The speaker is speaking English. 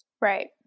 Right